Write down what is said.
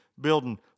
building